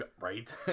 Right